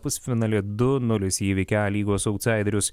pusfinalyje du nulis įveikė a lygos autsaiderius